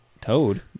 toad